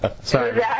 Sorry